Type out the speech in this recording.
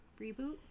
reboot